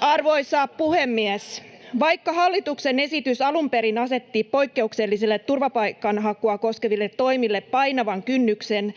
Arvoisa puhemies! Vaikka hallituksen esitys alun perin asetti poikkeuksellisille turvapaikanhakua koskeville toimille painavan kynnyksen